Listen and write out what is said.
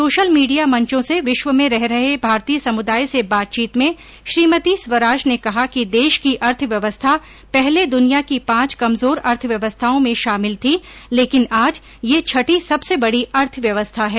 social media मंचों से विश्व में रह रहे भारतीय समुदाय से बातचीत में श्रीमती स्वराज ने कहा कि देश की अर्थव्यवस्था पहले दुनिया की पांच कमजोर अर्थव्यस्थाओं में शामिल थी लेकिन आज यह छठी सबसे बड़ी अर्थव्यवस्था है